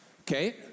Okay